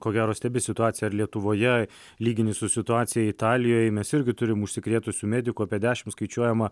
ko gero stebi situaciją ir lietuvoje lygini su situacija italijoj mes irgi turim užsikrėtusių medikų apie dešimt skaičiuojama